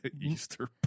Easter